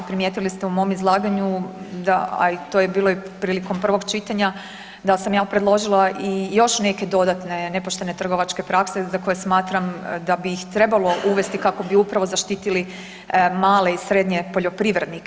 Primijetili ste u mom izlaganju da a i to je bilo i prilikom prvog čitanja, da sam ja predložila i još neke dodatne nepoštene trgovačke prakse za koje smatram da bi ih trebalo uvesti kako bi upravo zaštitili male i srednje poljoprivrednike.